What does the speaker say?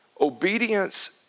Obedience